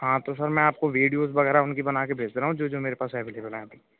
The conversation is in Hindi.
हाँ तो सर मैं आपको वीडियोस वगेरह उनकी बना कर भेज रहा हूँ जो जो मेरे पास सेंड कि बना के